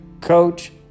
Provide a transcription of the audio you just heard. coach